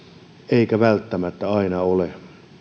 eikä välttämättä aina ole